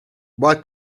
why